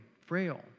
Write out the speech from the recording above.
frail